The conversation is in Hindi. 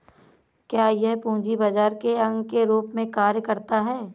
क्या यह पूंजी बाजार के अंग के रूप में कार्य करता है?